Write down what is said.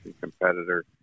competitor